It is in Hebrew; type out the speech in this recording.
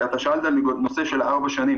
על פעילות של גופים שקיבלו רישיון עם גופים עבריינים,